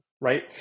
right